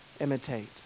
imitate